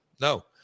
no